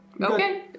Okay